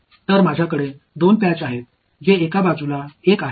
எனவே என்னிடம் இரண்டு திட்டுக்கள் அருகருகே உள்ளன